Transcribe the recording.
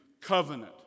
covenant